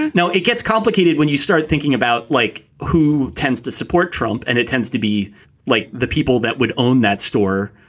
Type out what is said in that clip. and now, it gets complicated when you start thinking about like who tends to support trump. and it tends to be like the people that would own that store,